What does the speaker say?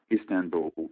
Istanbul